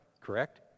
correct